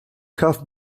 half